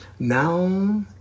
Now